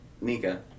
Nika